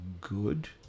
good